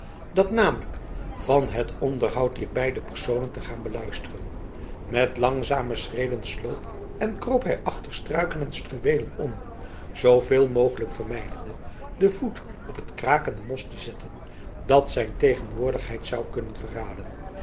dat namelijk van het onderhoud dier beide personen te gaan beluisteren met langzame schreden sloop en kroop hij achter struiken en struweelen om zooveel mogelijk vermijdende den voet op het krakende mos te zetten dat zijn tegenwoordigheid zou kunnen verraden